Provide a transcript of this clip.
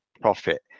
profit